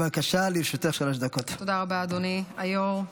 תודה רבה, אדוני היו"ר.